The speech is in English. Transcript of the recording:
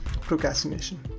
Procrastination